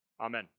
Amen